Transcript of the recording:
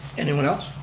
anyone else?